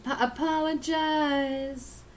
apologize